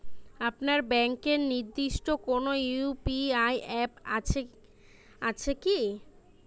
আপনার ব্যাংকের নির্দিষ্ট কোনো ইউ.পি.আই অ্যাপ আছে আছে কি?